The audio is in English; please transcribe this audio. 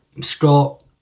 Scott